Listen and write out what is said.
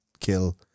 kill